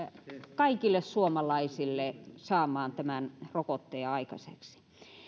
kaikille suomalaisille saamaan tämän rokotteen aikaiseksi